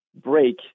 break